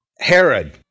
Herod